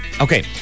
Okay